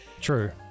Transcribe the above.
true